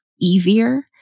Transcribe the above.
easier